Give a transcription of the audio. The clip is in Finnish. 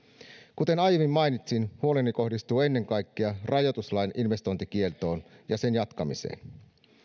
kuten aiemmin mainitsin huoleni kohdistuu ennen kaikkea rajoituslain investointikieltoon ja sen jatkamiseen